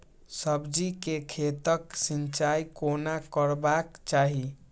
सब्जी के खेतक सिंचाई कोना करबाक चाहि?